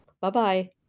Bye-bye